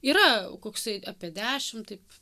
yra koksai apie dešimt taip